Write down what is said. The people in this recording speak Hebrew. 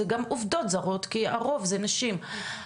זה גם עובדות זרות כי הרוב זה נשים,